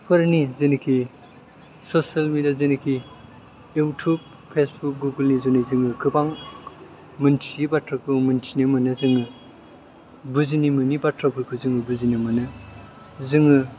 फोरनि जिनेखि social media जेनेखि इउथुब फेसबुक गुगोल नि जुनै जोङो गोबां मोनथियै बाथ्राखौ मोनथिनो मोनो जोङो बुजिनो मोनै बाथ्राफोरखौ बुजिनो मोनो जोङो